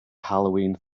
halloween